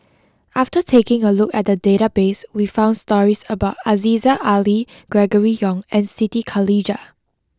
after taking a look at the database we found stories about Aziza Ali Gregory Yong and Siti Khalijah